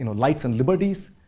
you know rights, and liberties.